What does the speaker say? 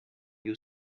you